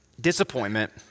disappointment